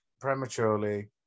prematurely